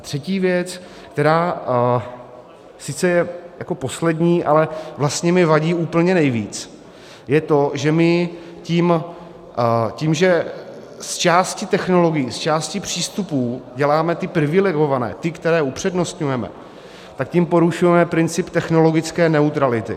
Třetí věc, která sice je poslední, ale mně vlastně vadí úplně nejvíc, je to, že my tím, že z části technologií, z části přístupů děláme ty privilegované, ty, které upřednostňujeme, tak tím porušujeme princip technologické neutrality.